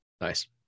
nice